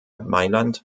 mailand